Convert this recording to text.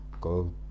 go